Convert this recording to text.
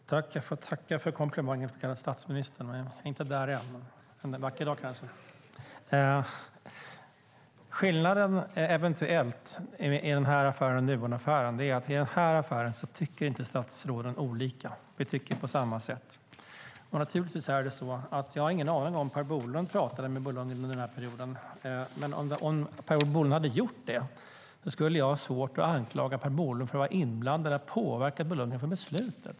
Fru talman! Jag får tacka för komplimangen att kallas statsminister. Jag är inte där än, men en vacker dag kanske! Skillnaden, eventuellt, mellan den här affären och Nuonaffären är att statsråden inte tycker olika i den här affären. Vi tycker på samma sätt. Naturligtvis har jag ingen aning om ifall Per Bolund pratade med Bo Lundgren under den här perioden, men om Per Bolund gjorde det skulle jag ha svårt att anklaga Per Bolund för att vara inblandad i att påverka Bo Lundgren i beslutet.